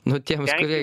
nu tiems kurie